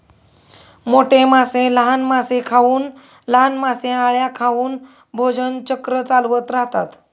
मोठे मासे लहान मासे खाऊन, लहान मासे अळ्या खाऊन भोजन चक्र चालवत राहतात